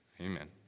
Amen